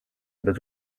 but